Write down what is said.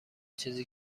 چیزی